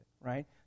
right